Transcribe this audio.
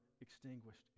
extinguished